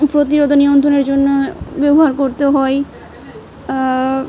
প্রতিরোধ নিয়ন্ত্রণের জন্য ব্যবহার করতে হয়